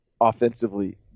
offensively